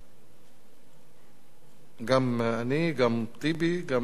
אני, טיבי, הורוביץ וכבל.